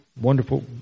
wonderful